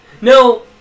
No